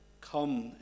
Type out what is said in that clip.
Come